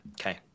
okay